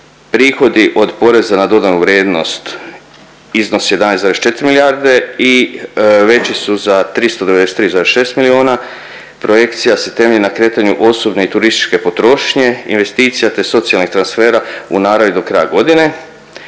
Prihodi od poreza na dodanu vrijednost iznose 11,4 milijarde i veći su za 393,6 milijuna. Projekcija se temelji na kretanju osobne i turističke potrošnje, investicija, te socijalnih transfera u naravi do kraja godine.